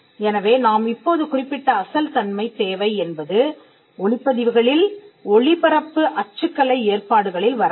எனவே நாம் இப்போது குறிப்பிட்ட அசல் தன்மை தேவை என்பது ஒலிப்பதிவுகளில் ஒளிபரப்பு அச்சுக்கலை ஏற்பாடுகளில் வராது